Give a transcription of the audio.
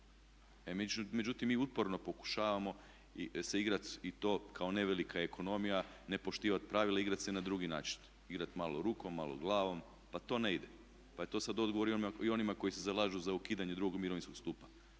Međutim, mi uporno pokušavamo se igrati i to kao ne velika ekonomija, ne poštivati pravila i igrati se na drugi način, igrati malo rukom, malo glavom. Pa to ne ide. Pa je to sad odgovor i onima koji se zalažu za ukidanje II. mirovinskog stupa.